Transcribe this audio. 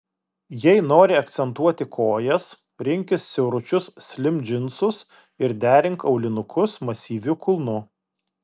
jei nori akcentuoti kojas rinkis siauručius slim džinsus ir derink aulinukus masyviu kulnu